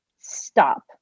stop